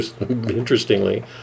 interestingly